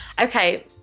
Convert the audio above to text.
okay